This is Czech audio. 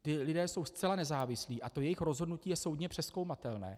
Ti lidé jsou zcela nezávislí a jejich rozhodnutí je soudně přezkoumatelné.